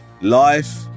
life